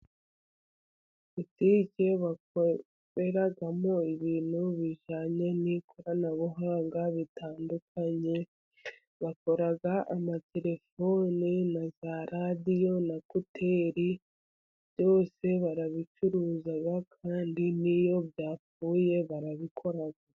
Politiki bakoreramo ibintu bijyanye n'ikoranabuhanga bitandukanye, bakora amatelefone na za radiyo na kuteli byose barabicuruza kandi niyo byapfuye barabikora.